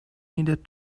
needed